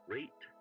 Rate